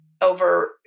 over